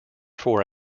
four